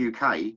UK